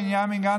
בנימין גנץ,